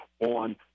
on